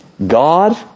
God